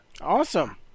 Awesome